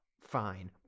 fine